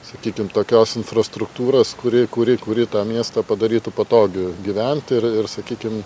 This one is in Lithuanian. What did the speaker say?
sakykim tokios infrastruktūros kuri kuri kuri tą miestą padarytų patogiu gyvent ir ir sakykim